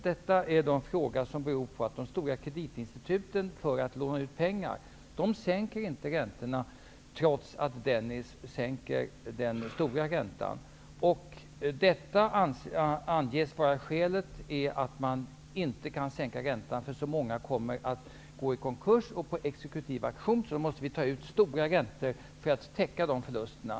Det beror på att de stora kreditinstituten inte sänker utlåningsräntan trots att Riksbanken har sänkt marginalräntan. Skälet till detta anges vara att man inte kan sänka räntan, därför att det i så fall skulle bli många konkurser och exekutiva auktioner. Därför måste bankerna ta ut en hög ränta för att täcka förlusterna.